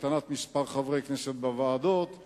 להקטנת מספר חברי כנסת בוועדות,